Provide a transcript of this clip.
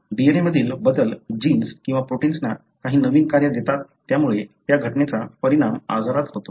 DNA मधील बदल genes किंवा प्रोटिन्सना काही नवीन कार्य देतात त्यामुळे त्या घटनेचा परिणाम आजारात होतो